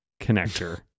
connector